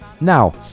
now